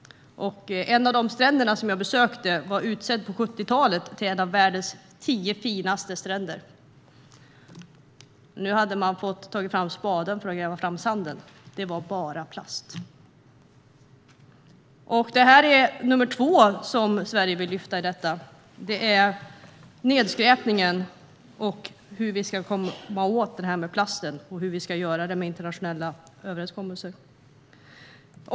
En av de stränder jag besökte utsågs på 70-talet till en av världens tio finaste stränder. Nu fick man ta fram spaden för att gräva fram sanden; det var bara plast. Nedskräpningen är det andra som Sverige vill lyfta upp och hur vi ska komma åt plasten med hjälp av internationella överenskommelser.